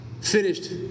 finished